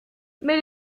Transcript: mais